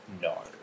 No